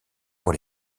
pour